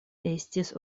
estis